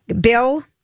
Bill